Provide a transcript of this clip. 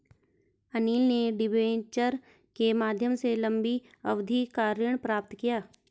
अनिल ने डिबेंचर के माध्यम से लंबी अवधि का ऋण प्राप्त किया